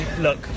look